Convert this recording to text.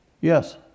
Yes